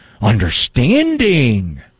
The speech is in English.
understanding